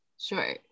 Sure